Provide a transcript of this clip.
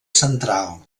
central